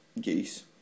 geese